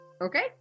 Okay